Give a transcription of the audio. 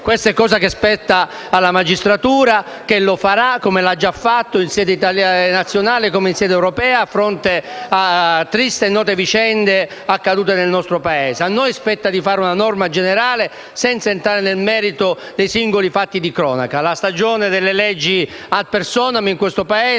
una cosa che spetta alla magistratura, che lo farà, come lo ha già fatto in sede nazionale come in sede europea, a fronte di tristi e note vicende accadute nel nostro Paese. A noi spetta varare una norma generale senza entrare nel merito dei singoli fatti di cronaca. La stagione delle leggi *ad personam* in questo Paese